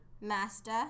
Master